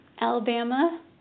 Alabama